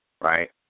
right